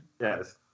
Yes